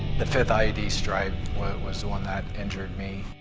the fifth ied strike was one that injured me.